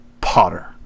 Potter